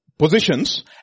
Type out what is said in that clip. positions